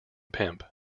pimp